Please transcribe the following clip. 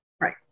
right